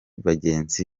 bagenzi